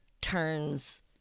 turns